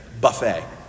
buffet